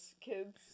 Kids